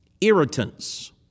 irritants